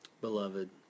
beloved